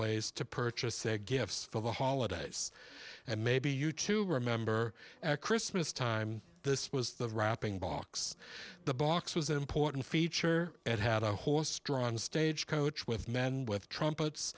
ways to purchase their gifts for the holidays and maybe you to remember at christmas time this was the wrapping box the box was an important feature it had a horse drawn stagecoach with men with trumpets